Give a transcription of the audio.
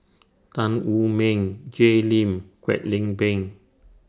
Tan Wu Meng Jay Lim Kwek Leng Beng